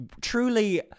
truly